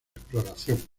exploración